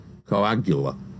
Coagula